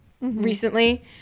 recently